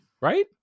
right